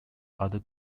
other